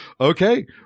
Okay